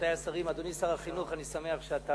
רבותי השרים, אדוני שר החינוך, אני שמח שאתה